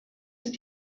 ist